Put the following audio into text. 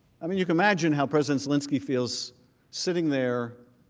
i mean you can imagine how president linsky feels sitting there,